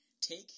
take